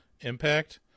impact